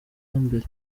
mbere